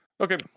Okay